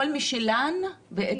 כל מי שלן, את